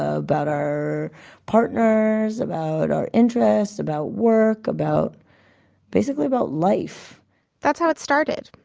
ah about our partners, about our interests, about work, about basically about life that's how it started,